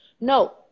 No